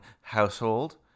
household